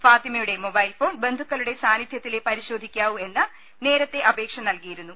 ഫാത്തിമയുടെ മൊബൈൽഫോൺ ബന്ധുക്കളുടെ സാന്നിധൃത്തിലേ പരിശോധിക്കാവൂ എന്ന് നേരത്തെ അപേക്ഷ നൽകിയിരുന്നു